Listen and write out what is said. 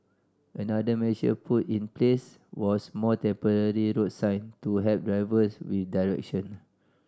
another measure put in place was more temporary road sign to help drivers with direction